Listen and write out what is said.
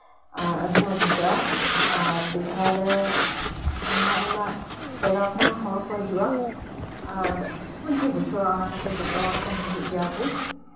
ᱟᱨ ᱟᱹᱰᱤ ᱢᱚᱸᱡ ᱟᱹᱭᱠᱟᱹᱜᱼᱟ ᱟᱨ ᱫᱤᱜᱷᱟᱨᱮ ᱟᱭᱢᱟ ᱟᱭᱢᱟ ᱡᱟᱭᱜᱟ ᱠᱷᱚᱱ ᱦᱚᱲ ᱠᱚ ᱦᱤᱡᱩᱜᱼᱟ ᱢᱚᱸᱡ ᱜᱮ ᱵᱩᱷᱟᱹᱜᱼᱟ ᱚᱱᱟ ᱠᱷᱟᱛᱤᱨ ᱦᱚᱲ ᱠᱚ ᱦᱤᱡᱩᱜ ᱜᱮᱭᱟ ᱠᱚ